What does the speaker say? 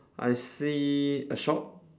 I see a shop